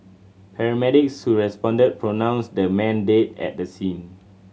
paramedics who responded pronounced the man dead at the scene